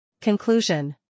Conclusion